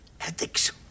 ethics